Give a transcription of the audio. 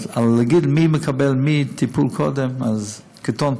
אבל להגיד מי מקבל טיפול קודם, קטונתי.